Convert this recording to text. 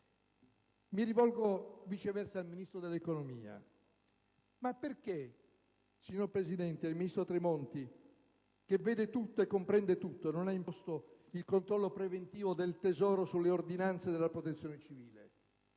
mi rivolgo viceversa al Ministro dell'economia: perché, ministro Tremonti, che vede tutto e comprende tutto, non ha imposto il controllo preventivo del Tesoro sulle ordinanze della Protezione civile?